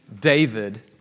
David